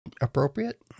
appropriate